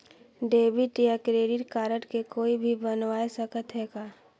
Debit या credit card के कोई भी बनवाय सकत है का?